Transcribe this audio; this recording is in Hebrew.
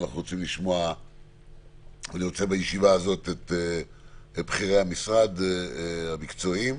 אני רוצה בישיבה הזאת את בכירי המשרד המקצועיים.